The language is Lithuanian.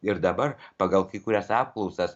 ir dabar pagal kai kurias apklausas